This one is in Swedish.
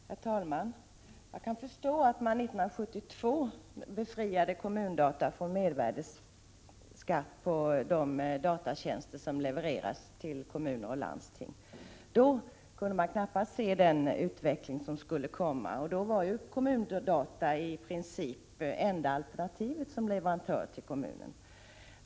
Prot. 1987/88:43 Herr talman! Jag kan förstå att man 1972 befriade Kommun-Data från — 11 december 1987 mervärdeskatt på de datatjänster som levereras till kommuner och landsting. JJ.dg om rod Vid det tillfället kunde man knappast förutse den utveckling som skulle komma. Kommun-Data var då i princip den enda leverantören till kommunerna.